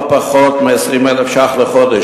לא פחות מ-20,000 ש"ח לחודש.